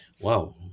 Wow